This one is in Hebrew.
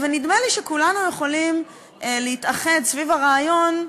נדמה לי שכולנו יכולים להתאחד סביב הרעיון,